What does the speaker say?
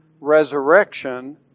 resurrection